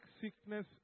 sickness